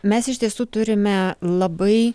mes iš tiesų turime labai